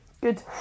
Good